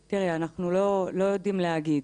תראי, אנחנו לא יודעים להגיד.